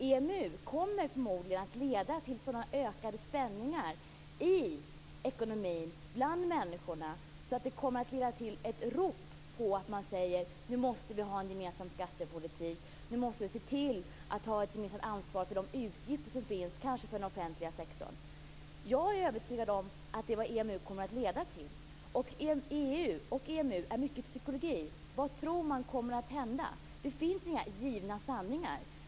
EMU kommer förmodligen att leda till sådana ökade spänningar i ekonomin, bland människorna, att det kommer att uppstå ett rop efter en gemensam skattepolitik - nu måste vi se till att ta ett ansvar åtminstone för de utgifter som finns för t.ex. den offentliga sektorn. Jag är övertygad om att det är det som EMU kommer att leda till. EU och EMU är i mycket psykologi. Vad tror man kommer att hända? Det finns inga givna sanningar.